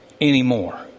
anymore